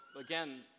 again